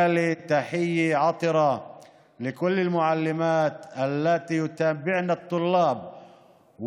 ברכות חמות לכל המורות שמלוות את התלמידים